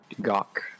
gawk